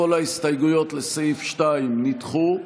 כל ההסתייגויות לסעיף 2 נדחו.